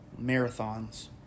marathons